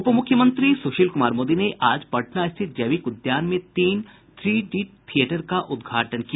उप मुख्यमंत्री सुशील कुमार मोदी ने आज पटना स्थित जैविक उद्यान में तीन थ्री डी थियेटर का उद्घाटन किया